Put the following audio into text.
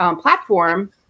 platform